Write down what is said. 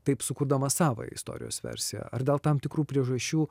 taip sukurdamas savąją istorijos versiją ar dėl tam tikrų priežasčių